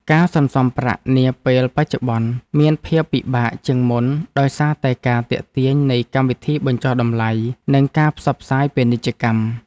ការសន្សំប្រាក់នាពេលបច្ចុប្បន្នមានភាពពិបាកជាងមុនដោយសារតែការទាក់ទាញនៃកម្មវិធីបញ្ចុះតម្លៃ និងការផ្សព្វផ្សាយពាណិជ្ជកម្ម។